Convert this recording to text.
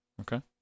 Okay